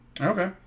Okay